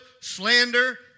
slander